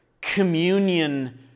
communion